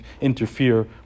interfere